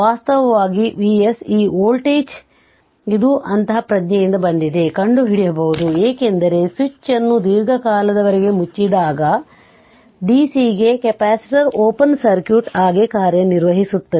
ವಾಸ್ತವವಾಗಿ Vs ಈ voltage ಇದು ಅಂತಃಪ್ರಜ್ಞೆಯಿಂದ ಬಂದಿದೆ ಕಂಡುಹಿಡಿಯಬಹುದು ಏಕೆಂದರೆ ಸ್ವಿಚ್ ಅನ್ನು ದೀರ್ಘಕಾಲದವರೆಗೆ ಮುಚ್ಚಿದಾಗ dc ಗೆ ಕೆಪಾಸಿಟರ್ ಓಪನ್ ಸರ್ಕ್ಯೂಟ್ ಆಗಿ ಕಾರ್ಯನಿರ್ವಹಿಸುತ್ತದೆ